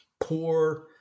poor